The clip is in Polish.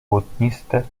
błotniste